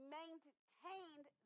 maintained